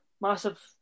massive